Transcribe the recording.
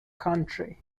country